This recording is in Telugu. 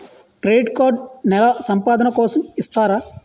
క్రెడిట్ కార్డ్ నెల సంపాదన కోసం ఇస్తారా?